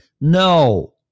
No